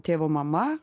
tėvo mama